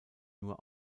nur